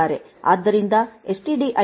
ಆದ್ದರಿಂದ ಎಸ್ಟಿಡಿಐ ಓ